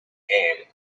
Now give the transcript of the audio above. game